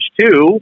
two